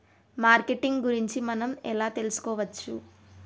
Marketing గురించి మనం ఎలా తెలుసుకోవచ్చు?